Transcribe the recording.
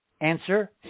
Answer